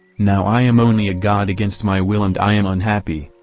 now i am only a god against my will and i am unhappy,